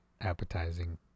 appetizing